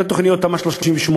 הן לתוכניות תמ"א 38,